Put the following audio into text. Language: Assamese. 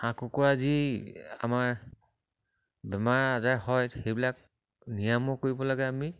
হাঁহ কুকুৰা যি আমাৰ বেমাৰ আজাৰ হয় সেইবিলাক নিৰাময় কৰিব লাগে আমি